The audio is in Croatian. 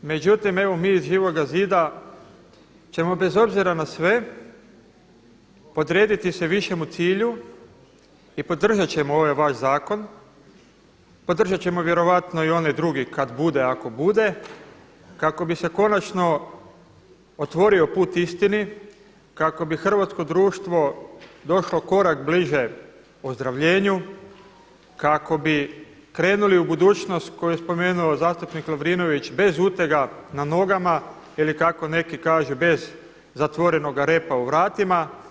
Međutim evo mi iz Živoga zida ćemo bez obzira na sve podrediti se višemu cilju i podržat ćemo ovaj vaš zakon, podržat ćemo vjerojatno i onaj drugi kada bude ako bude, kako bi se konačno otvorio put istini, kako bi hrvatsko društvo došlo korak bliže ozdravljenju, kako bi krenuli u budućnost koji je spomenuo zastupnik Lovrinović, bez utega na nogama ili kako neki kažu bez zatvorenoga repa u vratima.